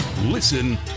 Listen